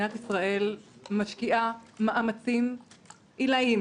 מדינת ישראל משקיעה מאמצים עילאיים